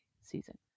season